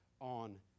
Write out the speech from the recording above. on